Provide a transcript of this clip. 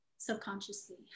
subconsciously